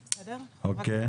כאן,